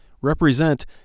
represent